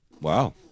Wow